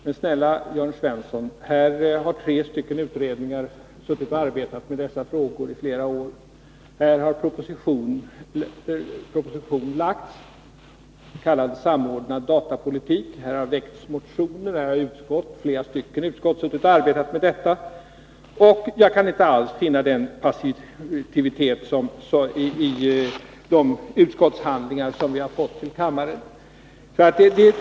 Men snälla Jörn Svensson, här har tre utredningar arbetat med dessa frågor i flera år, här har proposition lagts, kallad samordnad datapolitik, här har väckts motioner och här har flera utskott arbetat med frågorna! Jag kan inte alls finna något uttryck för passivitet i de utskottshandlingar som vi har fått till behandling i kammaren.